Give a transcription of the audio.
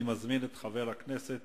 אני מזמין את חבר הכנסת